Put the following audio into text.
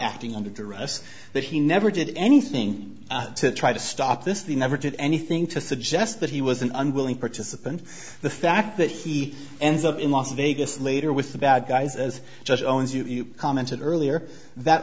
acting under duress that he never did anything to try to stop this they never did anything to suggest that he was an unwilling participant the fact that he ends up in las vegas later with the bad guys as judge owens you commented earlier that